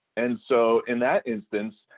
and so in that instance,